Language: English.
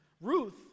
Ruth